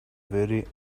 very